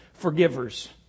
forgivers